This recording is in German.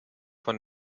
von